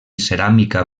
ceràmica